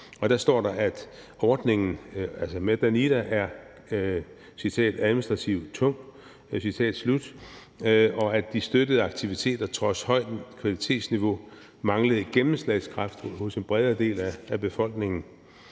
og der står der, at ordningen med Danida er »administrativ tung«, og at de støttede aktiviteter trods højt kvalitetsniveau manglede gennemslagskraft hos en bredere del af befolkningen.